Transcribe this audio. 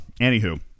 Anywho